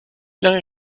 lange